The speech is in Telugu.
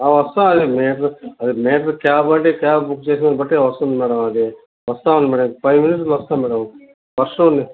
వస్తాం అది మీటరు అది మీటరు కాబ్ అండి కాబ్ బుక్ చేసుకొబట్టి వస్తుంది మేడం అది వస్తాను మేడం ఫైవ్ మినట్స్లో వస్తాను మేడం వర్షం